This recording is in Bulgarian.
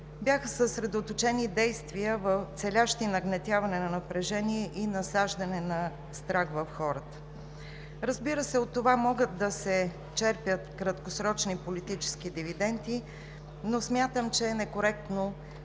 бяха съсредоточени действия, целящи нагнетяване на напрежение и насаждане на страх в хората. Разбира се, от това могат да се черпят краткосрочни политически дивиденти, но смятам, че е некоректно